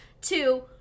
Two